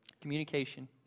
Communication